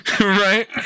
right